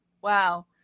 wow